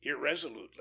irresolutely